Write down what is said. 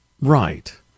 Right